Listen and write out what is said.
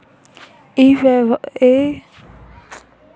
ई व्यवसाय से हमन ला इंटरनेट मा जानकारी मिल सकथे का?